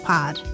Pod